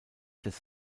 des